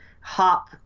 hop